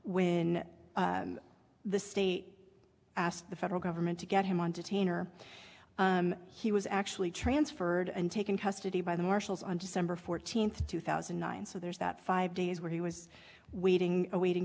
when the state asked the federal government to get him on detain or he was actually transferred and taken custody by the marshals on december fourteenth two thousand and nine so there's that five days where he was waiting awaiting